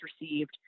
received